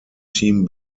team